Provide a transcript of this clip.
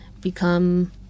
become